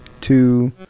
two